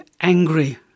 angry